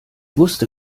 wusste